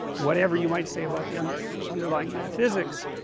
whatever you might say about the and underlying metaphysics